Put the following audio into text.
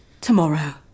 tomorrow